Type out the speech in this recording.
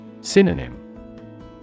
Synonym